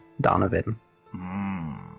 Donovan